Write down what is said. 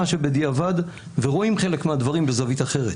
שבדיעבד ורואים חלק מהדברים מזווית אחרת.